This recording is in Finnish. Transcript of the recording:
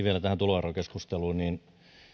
vielä tähän tuloerokeskusteluun